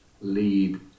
lead